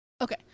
Okay